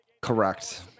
Correct